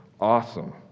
awesome